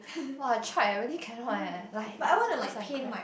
!wah! I tried eh really cannot eh like is it cause I'm cracked